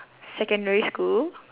secondary school